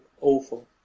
awful